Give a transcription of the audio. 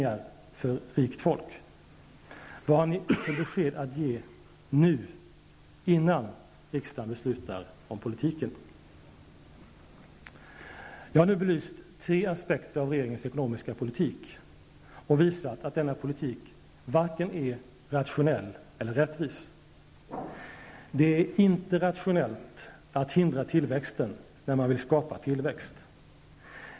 Vad har ni för besked att ge, nu, innan riksdagen beslutar om politiken? Jag har nu belyst tre aspekter av regeringens ekonomiska politik och visat att denna politik varken är rationell eller rättvis. Det är inte rationellt att hindra tillväxten, när man vill skapa tillväxt.